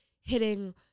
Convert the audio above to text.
hitting